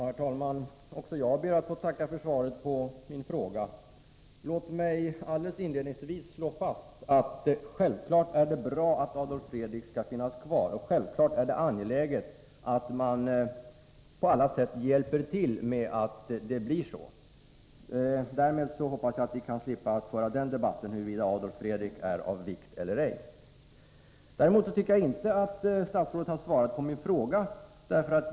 Herr talman! Också jag ber att få tacka för svaret. Låt mig inledningsvis slå fast att det självfallet är bra att Adolf Fredrik skall finnas kvar och att det självfallet är angeläget att på alla sätt hjälpa till så att det blir så. Därmed hoppas jag att vi kan slippa föra en debatt om huruvida Adolf Fredrik är av vikt eller ej. Däremot tycker jag inte att statsrådet har svarat på min fråga.